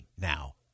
now